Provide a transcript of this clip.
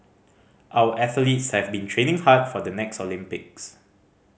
our athletes have been training hard for the next Olympics